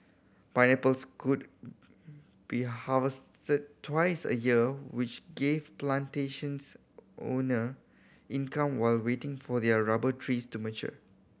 pineapples could be harvested twice a year which gave plantations owner income while waiting for their rubber trees to mature